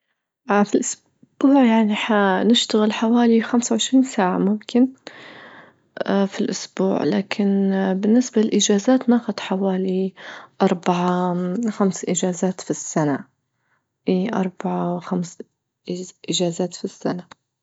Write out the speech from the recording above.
اه في الأسبوع يعني حنشتغل حوالي خمسة وعشرين ساعة ممكن اه في الأسبوع، لكن اه بالنسبة للإجازات ناخد حوالي أربعة خمس إجازات في السنة اه أربعة خمس إيج-إجازات السنة.